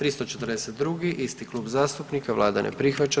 342. isti Klub zastupnika, Vlada ne prihvaća.